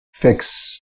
fix